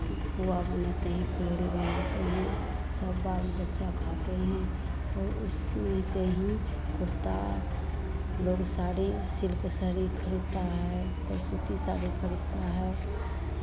पुआ बनाते हैं फुलौरी बनाते हैं सब बाल बच्चा खाते हैं और उसमें से ही कुर्ता लोग साड़ी सिल्क साड़ी खरीदता है और सूती साड़ी खरीदता है